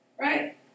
right